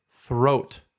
throat